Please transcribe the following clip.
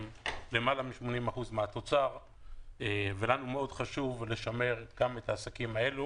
למעלה מ-80% מן התוצר ולנו חשוב מאוד לשמר גם את העסקים האלה,